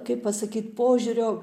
kaip pasakyt požiūrio